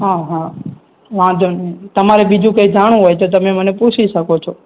હા હ વાંધો નહીં તમારે બીજું કાંઇ જાણવું હોય તો તમે મને પૂછી શકો છો